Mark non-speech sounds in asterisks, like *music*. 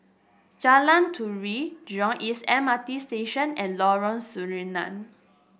Jalan Turi Jurong East M R T Station and Lorong *unintelligible*